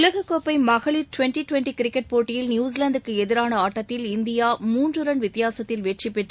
உலக கோப்பை மகளிர் டுவெண்ட்டி டுவெண்ட்டி கிரிக்கெட் போட்டியில் நியுசிலாந்துக்கு எதிரான ஆட்டத்தில் இந்தியா மூன்று ரன் வித்தியாசத்தில் வெற்றிபெற்று